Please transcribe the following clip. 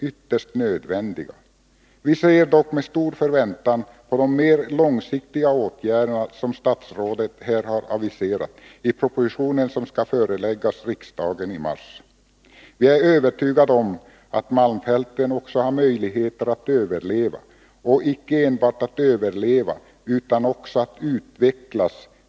Vi ser dock med 35 stor förväntan på de mer långsiktiga åtgärder som statsrådet ämnar föreslå i den till i mars aviserade propositionen. Vi är övertygade om att malmfälten med de resurser som där finns har möjligheter att överleva — och inte bara att överleva, utan också att utvecklas.